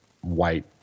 white